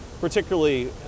particularly